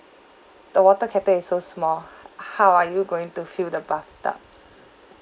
the water kettle is so small h~ how are you going to fill the bathtub